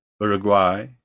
Uruguay